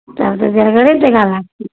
तब तऽ जेरगरे टका लागतै